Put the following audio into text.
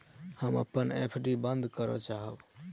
हम अपन एफ.डी बंद करय चाहब